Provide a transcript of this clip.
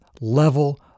level